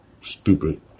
stupid